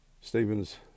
stephen's